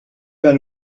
vas